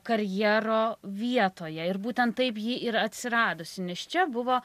karjero vietoje ir būtent taip ji ir atsiradusi nes čia buvo